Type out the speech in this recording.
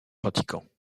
pratiquants